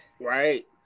Right